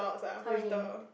how many